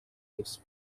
its